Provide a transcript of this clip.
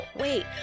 wait